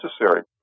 necessary